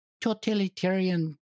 totalitarian